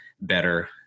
better